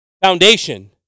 foundation